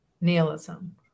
nihilism